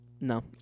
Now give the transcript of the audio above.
No